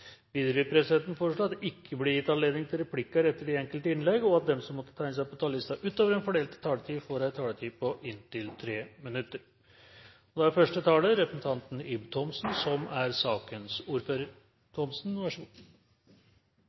Videre vil presidenten foreslå at det ikke blir gitt anledning til replikker etter de enkelte innlegg, og at de som måtte tegne seg på talerlisten utover den fordelte taletid, får en taletid på inntil 3 minutter. – Det anses vedtatt. I en så mangefasettert sak, som gjennom så mange år har vært gjenstand for betydelig debatt og